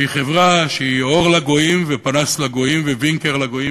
שהיא חברה שהיא אור לגויים ופנס לגויים ווינקר לגויים